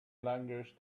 language